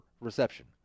reception